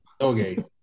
okay